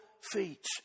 feet